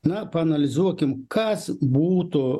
na paanalizuokim kas būtų